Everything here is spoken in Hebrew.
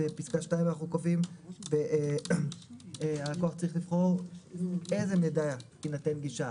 בפסקה (2) אנו קובעים - הלקוח צריך לבחור לאיזה מידע יינתן גישה,